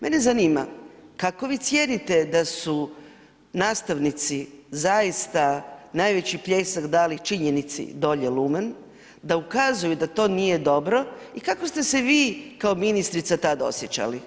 Mene zanima, kako vi cijenite da su nastavnici zaista najveći pljesak dali činjenici „dolje lumen“, da ukazuju da to nije dobro i kako ste se vi kao ministrica tada osjećali?